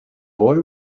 boy